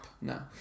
No